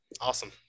awesome